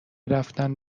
رفتن